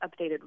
updated